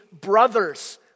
brothers